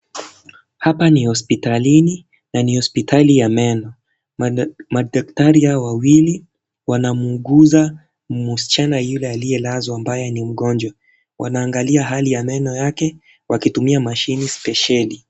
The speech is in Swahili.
Hapa ni hospitalini na ni hospitali ya meno, madaktari hawa wawili wanamuuguza msichana yule aliyelazwa ambaye ni mgonjwa, wanaangalia hali ya meno yake wakitumia mashine spesheli